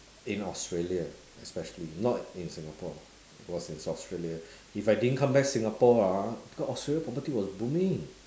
in australia especially not in singapore it was in australia if I didn't come back singapore ah cause australia property was booming